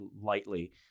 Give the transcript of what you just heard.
lightly